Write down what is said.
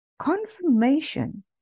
confirmation